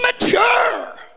mature